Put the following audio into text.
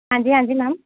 ਹਾਂਜੀ ਹਾਂਜੀ ਮੈਮ